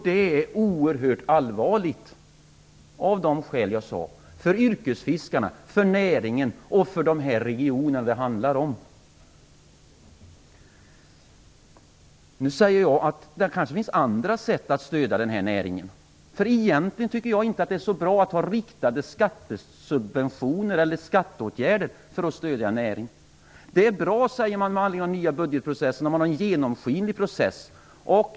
Det är oerhört allvarligt av de skäl som jag sade för yrkesfiskarna, för näringen och de regioner det handlar om. Det kan finnas andra sätt att stödja den här näringen. Egentligen tycker jag inte att det är bra med riktade skattesubventioner för att stödja en näring. Med anledning av den nya budgetprocessen säger man att det är bra med en genomskinlig process.